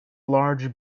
large